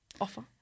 Offer